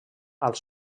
als